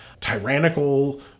tyrannical